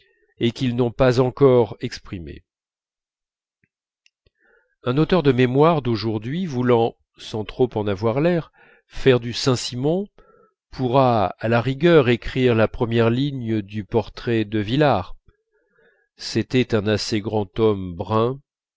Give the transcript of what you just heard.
et qu'ils n'ont pas encore exprimé un auteur de mémoires d'aujourd'hui voulant sans trop en avoir l'air faire du saint-simon pourra à la rigueur écrire la première ligne du portrait de villars c'était un assez grand homme brun